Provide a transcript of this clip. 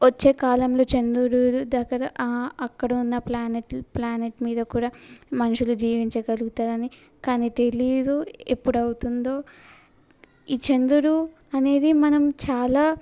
వచ్చే కాలంలో చంద్రుడు దగ్గర అక్కడ ఉన్న ప్లానెట్ ప్లానెట్ మీద కూడా మనుషులు జీవించగలుగుతారని కానీ తెలియదు ఎప్పుడు అవుతుందో ఈ చంద్రుడు అనేది మనం చాలా